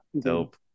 Dope